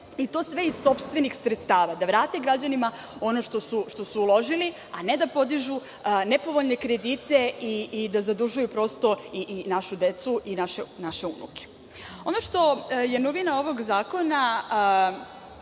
i to sve iz sopstvenih sredstava, da vrate građanima ono što su uložili, a ne da podižu nepovoljne kredite i da zadužuju našu decu i naše unuke. Ono što je novina ovog zakona